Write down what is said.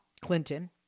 Clinton